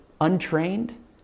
untrained